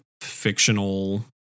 fictional